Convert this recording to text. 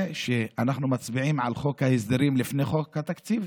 ואנחנו מצביעים על חוק ההסדרים לפני חוק התקציב?